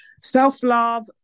Self-love